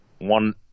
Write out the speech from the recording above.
one